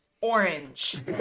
orange